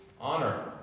honor